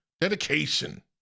Dedication